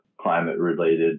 climate-related